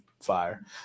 fire